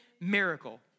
miracle